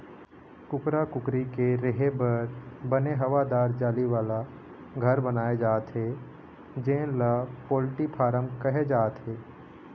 कुकरा कुकरी के रेहे बर बने हवादार जाली वाला घर बनाए जाथे जेन ल पोल्टी फारम कहे जाथे